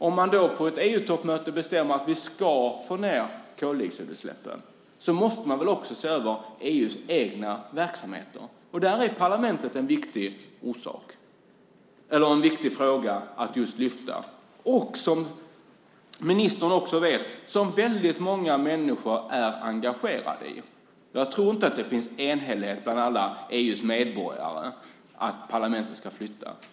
Om man på ett EU-toppmöte bestämmer att vi ska få ned koldioxidutsläppen måste man också se över EU:s egna verksamheter. Där är parlamentet en viktig fråga att lyfta. Som ministern också vet är väldigt många människor engagerade i den frågan. Jag tror inte att det finns enhällighet bland alla EU:s medborgare om att parlamentet ska flytta.